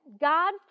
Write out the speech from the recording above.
God